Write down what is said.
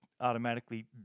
automatically